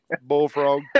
bullfrog